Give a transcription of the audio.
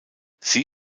sie